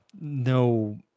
no